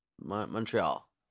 montreal